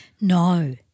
No